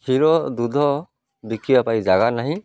କ୍ଷୀର ଦୁଗ୍ଧ ବିକିବା ପାଇଁ ଜାଗା ନାହିଁ